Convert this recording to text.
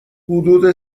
حدود